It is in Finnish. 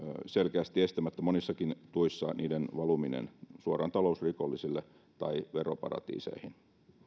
selkeästi estämättä monissakin tuissa niiden valuminen suoraan talousrikollisille tai veroparatiiseihin